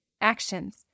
Actions